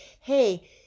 hey